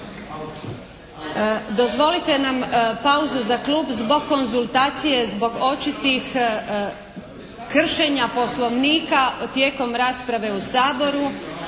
Dozvolite nam pauzu za klub zbog konzultacije zbog očitih kršenja Poslovnika tijekom rasprave u Saboru